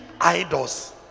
idols